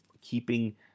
keeping